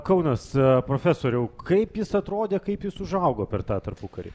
kaunas profesoriau kaip jis atrodė kaip jis užaugo per tą tarpukarį